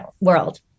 world